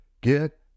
get